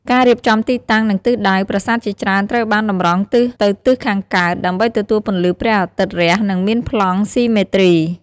ការរៀបចំទីតាំង និងទិសដៅ ប្រាសាទជាច្រើនត្រូវបានតម្រង់ទិសទៅទិសខាងកើត ដើម្បីទទួលពន្លឺព្រះអាទិត្យរះ និងមានប្លង់ស៊ីមេទ្រី។